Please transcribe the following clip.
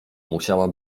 musiała